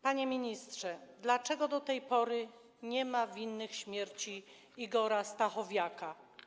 Panie ministrze, dlaczego do tej pory nie ma winnych śmierci Igora Stachowiaka?